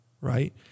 right